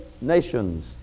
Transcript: nations